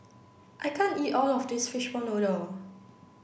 I can't eat all of this fishball noodle